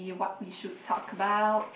ya what we should talk about